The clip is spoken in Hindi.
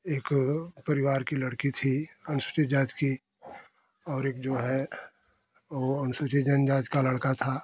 एक परिवार की लड़की थी अनुसूचित जाति की और एक जो है वो अनुसूचित जनजाति का लड़का था